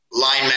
line